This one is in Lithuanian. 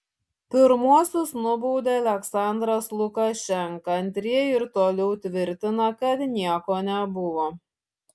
pirmuosius nubaudė aliaksandras lukašenka antrieji ir toliau tvirtina kad nieko nebuvo